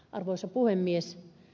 arvoisa puhemies